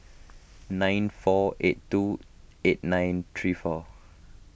nine four eight two eight nine three four